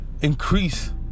increase